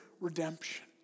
redemption